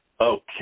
Okay